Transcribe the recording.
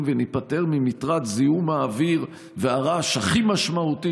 ולהיפטר ממטרד זיהום האוויר והרעש הכי משמעותי,